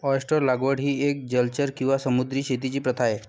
oyster लागवड ही एक जलचर किंवा समुद्री शेतीची प्रथा आहे